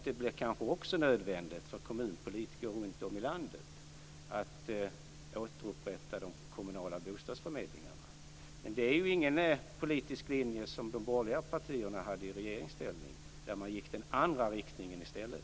Det blir kanske också nödvändigt för kommunpolitiker runt om i landet att återinföra de kommunala bostadsförmedlingarna. Men det är ju ingen politisk linje som de borgerliga partierna hade i regeringsställning, utan de valde att gå i den andra riktningen i stället.